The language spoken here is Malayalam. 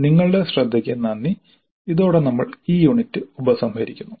നിങ്ങളുടെ ശ്രദ്ധയ്ക്ക് നന്ദി ഇതോടെ നമ്മൾ ഈ യൂണിറ്റ് ഉപസംഹരിക്കുന്നു